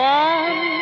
one